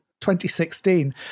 2016